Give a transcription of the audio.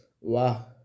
wow